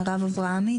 מרב אברהמי.